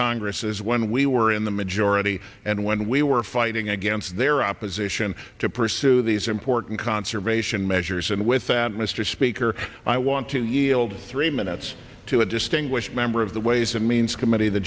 congresses when we were in the majority and when we were fighting against their opposition to pursue these important conservation measures and with that mr speaker i want to yield three minutes to a distinguished member of the ways and means committee the